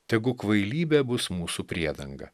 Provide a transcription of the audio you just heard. tegu kvailybė bus mūsų priedanga